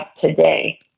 today